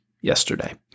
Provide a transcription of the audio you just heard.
yesterday